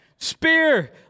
spear